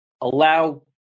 allow